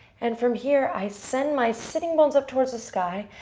and from here, i send my sitting bones up towards the sky.